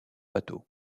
bateaux